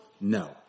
No